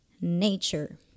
nature